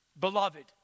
beloved